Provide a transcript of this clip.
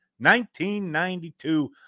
1992